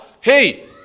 hey